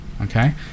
Okay